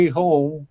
home